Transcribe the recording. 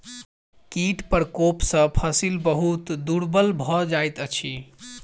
कीट प्रकोप सॅ फसिल बहुत दुर्बल भ जाइत अछि